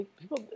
people